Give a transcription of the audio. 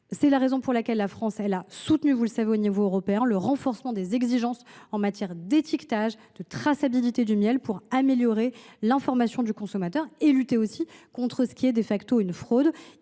C’est la raison pour laquelle la France a soutenu, à l’échelon européen, le renforcement des exigences en matière d’étiquetage et de traçabilité du miel pour améliorer l’information du consommateur et lutter contre ce qui est une fraude.